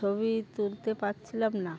ছবি তুলতে পারছিলাম না